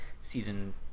season